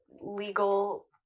legal